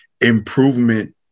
improvement